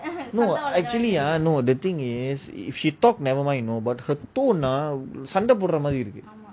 no actually ah no the thing is if she talk ah nevermind you know but her tone ah சண்டை போடுற மாறி இருக்கு:sanda podura maari iruku